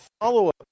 follow-up